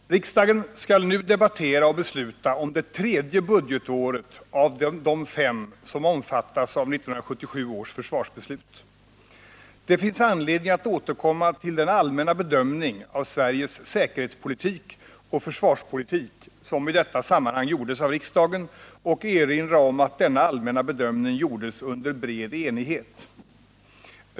Herr talman! Riksdagen skall nu debattera och besluta om det tredje budgetåret av de fem som omfattas av 1977 års försvarsbeslut. Det finns anledning att återkomma till den allmänna bedömning av Sveriges säkerhetspolitik och försvarspolitik som i detta sammanhang gjordes av riksdagen och erinra om att denna allmänna bedömning gjordes under bred enighet.